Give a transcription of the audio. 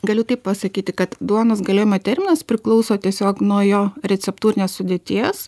galiu taip pasakyti kad duonos galiojimo terminas priklauso tiesiog nuo jo receptūrinės sudėties